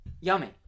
Yummy